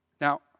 Now